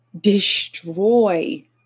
destroy